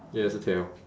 yes a tail